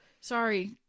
sorry